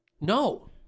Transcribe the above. No